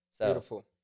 Beautiful